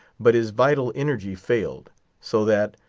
but his vital energy failed so that,